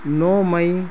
नौ मई